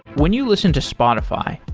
when you listen to spotify,